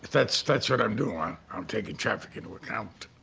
that's that's what i'm doing, i'm taking traffic into account.